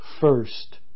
first